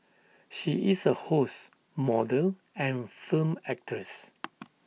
she is A host model and film actress